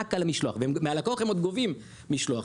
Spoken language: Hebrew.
רק על המשלוח, ומהלקוח הם עוד גובים משלוח.